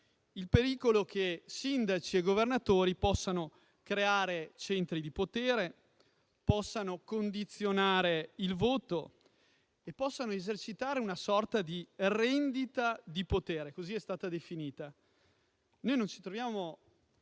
al pericolo che sindaci e governatori possano creare centri di potere, condizionare il voto ed esercitare una sorta di rendita di potere,